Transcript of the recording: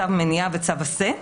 צו מניעה וצו עשה,